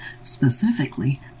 specifically